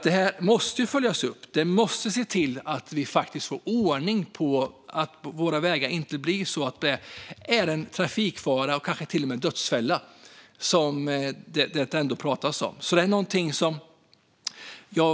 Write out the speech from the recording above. Detta måste följas upp. Man måste se till att det blir ordning på vägarna och att det inte finns några trafikfaror eller till och med dödsfällor. Det pratas faktiskt om sådana.